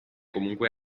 comunque